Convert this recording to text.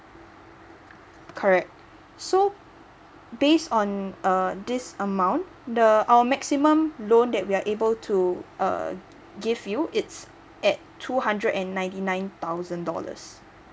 correct so base on err this amount the our maximum loan that we are able to uh give you it's at two hundred and ninety nine thousand dollars